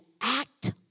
act